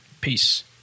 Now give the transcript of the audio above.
Peace